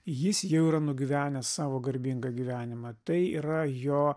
jis jau yra nugyvenęs savo garbingą gyvenimą tai yra jo